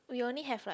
we only have like